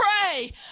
pray